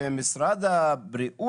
שקבע משרד הבריאות,